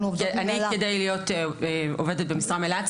אני כדי לעבוד במשרה מלאה,